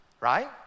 right